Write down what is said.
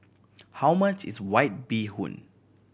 how much is White Bee Hoon